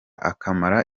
akamara